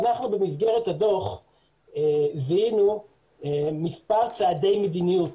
במסגרת הדוח אנחנו זיהינו מספר צעדי מדיניות,